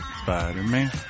Spider-Man